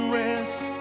rest